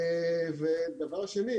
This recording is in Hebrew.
ודבר שני,